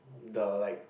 the like